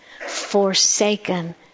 forsaken